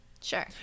Sure